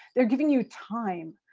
they're giving you time.